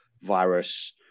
virus